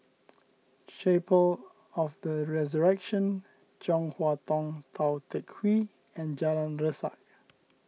Chapel of the Resurrection Chong Hua Tong Tou Teck Hwee and Jalan Resak